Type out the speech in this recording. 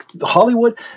Hollywood